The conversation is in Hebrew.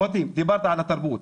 דיברת על התרבות.